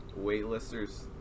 waitlisters